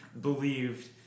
believed